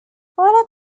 polar